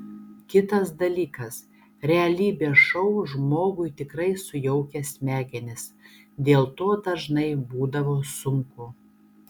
kitas dalykas realybės šou žmogui tikrai sujaukia smegenis dėl to dažnai būdavo sunku